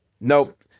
nope